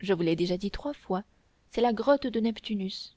je vous l'ai déjà dit trois fois c'est la grotte de neptunus